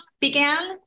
began